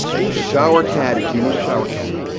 ooo, shower caddy. do you need a shower caddy?